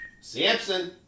Samson